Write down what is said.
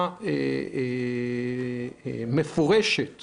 בצורה מפורשת